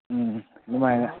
ꯎꯝ ꯑꯗꯨꯃꯥꯏꯅ